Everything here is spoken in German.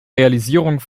realisierung